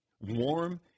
warm